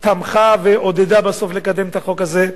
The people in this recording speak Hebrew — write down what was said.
תמכה ועודדה בסוף את קידום החוק הזה.